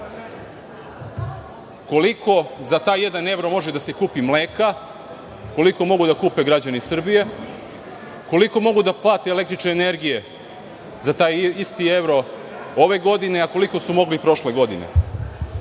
koliko za taj jedan evro može da se kupi mleka, koliko mogu da kupe građani Srbije, koliko mogu da plate električne energije za taj isti evro ove godine, a koliko su mogli prošle